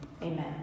Amen